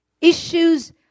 issues